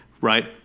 Right